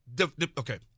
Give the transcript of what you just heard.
okay